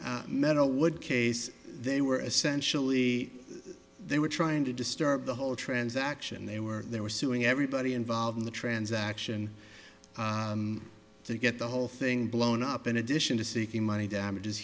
middle would case they were essentially they were trying to disturb the whole transaction they were they were suing everybody involved in the transaction to get the whole thing blown up in addition to seeking money damages